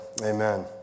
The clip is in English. Amen